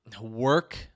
work